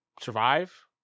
survive